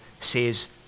says